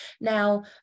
now